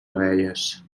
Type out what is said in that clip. abelles